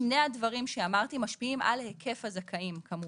שני הדברים שאמרתי משפיעים על היקף הזכאים, כמובן.